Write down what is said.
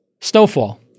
snowfall